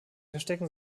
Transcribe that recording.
verstecken